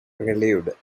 relieved